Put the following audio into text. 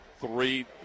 three